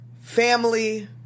family